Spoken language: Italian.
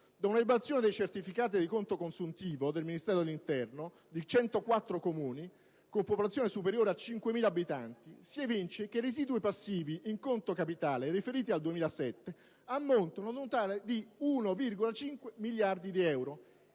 da un'elaborazione dei certificati di conto consuntivo del Ministero dell'interno di 104 Comuni con popolazione superiore a 5.000 abitanti, si evince che i residui passivi in conto capitale riferiti al 2007 ammontano a 1,5 miliardi di euro.